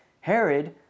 Herod